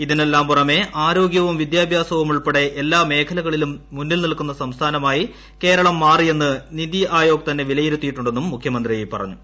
ഇതിനെല്ലാം പുറമെ ആരോഗ്യവും വിദ്യാഭ്യാസവും ഉൾപ്പെടെ എല്ലാ മേഖലകളിലും മുന്നിൽ നിൽക്കുന്ന സംസ്ഥാനമായി കേരളം മാറിയെന്ന് നിതിആയോഗ് തന്നെ വിലയിരുത്തിയിട്ടുണ്ടെന്നും മുഖ്യമന്ത്രി പറഞ്ഞു